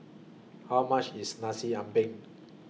How much IS Nasi Ambeng